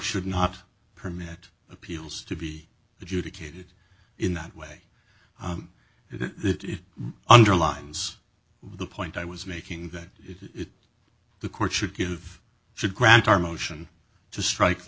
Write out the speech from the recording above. should not permit appeals to be adjudicated in that way it underlines the point i was making that it the court should give should grant our motion to strike the